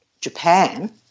Japan